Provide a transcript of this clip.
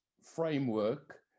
framework